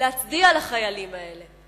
להצדיע לחיילים האלה,